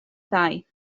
ddau